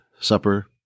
Supper